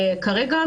וכרגע,